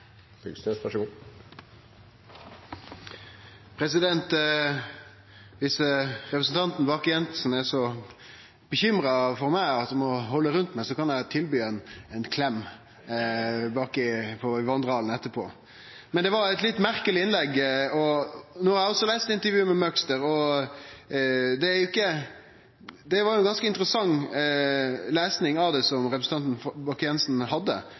Bakke-Jensen er så bekymra for meg at han må halde rundt meg, kan eg tilby ein klem i vandrehallen etterpå. Men det var eit litt merkeleg innlegg. Eg har også lese intervjuet med Møgster, og det var ei ganske interessant lesing av det representanten Bakke-Jensen hadde. Eg synest dette illustrerer litt av problemet her, at ein prøver å snakke seg bort frå kva som